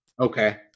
Okay